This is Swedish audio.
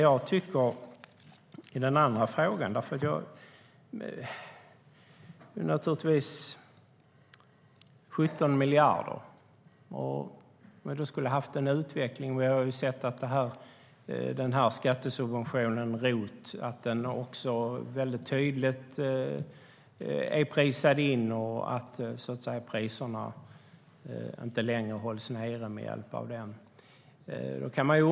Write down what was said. I den andra frågan handlar det om 17 miljarder. Vi har sett att skattesubventionen ROT väldigt tydligt är prisad in och att priserna inte längre hålls nere med hjälp av den.